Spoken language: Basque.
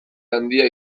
handia